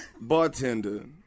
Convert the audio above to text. bartender